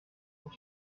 pour